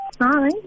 Hi